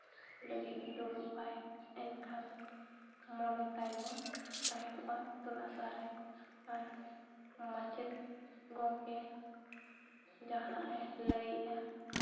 ᱞᱟᱹᱜᱤᱫ ᱫᱩᱲᱩᱵ ᱟᱭ ᱮᱱᱠᱷᱟᱱ ᱢᱚᱱᱮ ᱛᱟᱭ ᱫᱚ ᱛᱟᱦᱮᱸ ᱠᱚᱜᱼᱟ ᱤᱛᱩᱱ ᱟᱥᱲᱟ ᱨᱮ ᱟᱨ ᱢᱟᱪᱮᱫ ᱜᱚᱢᱠᱮ ᱡᱟᱦᱟᱱᱟᱜᱼᱮ ᱞᱟᱹᱭᱮᱫᱼᱟ